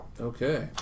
Okay